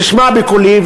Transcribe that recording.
תשמע בקולי,